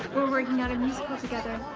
we're working on a musical together.